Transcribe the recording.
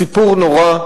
סיפור נורא,